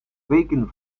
weken